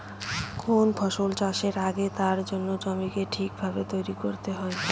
কোন ফসল চাষের আগে তার জন্য জমিকে ঠিক ভাবে তৈরী করতে হয়